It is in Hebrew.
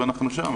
ואנחנו שם,